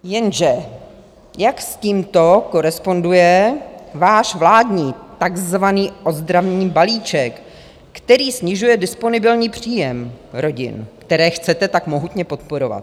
Jenže jak s tímto koresponduje váš vládní takzvaný ozdravný balíček, který snižuje disponibilní příjem rodin, které chcete tak mohutně podporovat.